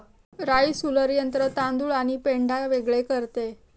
rice huller यंत्र तांदूळ आणि पेंढा वेगळे करते